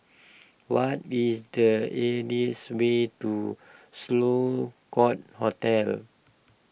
what is the easiest way to Sloane Court Hotel